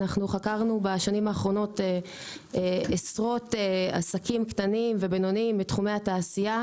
בשנים האחרונות חקרנו עשרות עסקים קטנים ובינוניים בתחומי התעשייה,